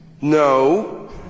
no